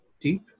deep